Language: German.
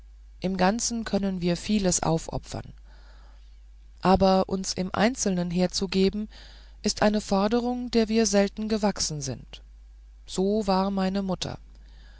im ganzen können wir vieles aufopfern aber uns im einzelnen herzugeben ist eine forderung der wir selten gewachsen sind so war meine mutter